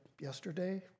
yesterday